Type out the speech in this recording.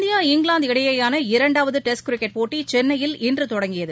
India England இடையேயான இரண்டாவதடெஸ்ட் cricket போட்டிசென்னையில் இன்றுதொடங்கியது